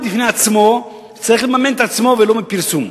בפני עצמו וצריך לממן את עצמו ולא מפרסום.